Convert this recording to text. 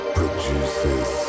produces